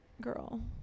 Girl